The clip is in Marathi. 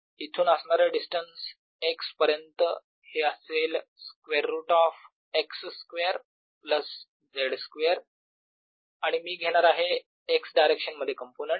इथून असणारे डिस्टन्स x पर्यंत हे असेल square root of x square plus z square आणि मी घेणार आहे x डायरेक्शन मध्ये कंपोनेंट